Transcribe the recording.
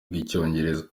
rw’icyongereza